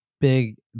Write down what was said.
big